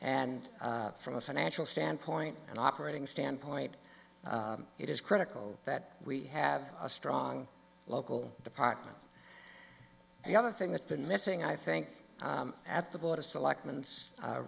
and from a financial standpoint and operating standpoint it is critical that we have a strong local department the other thing that's been missing i think at the board of select